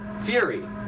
Fury